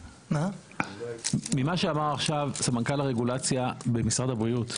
אמר עכשיו סמנכ"ל הרגולציה במשרד הבריאות,